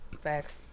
Facts